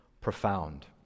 profound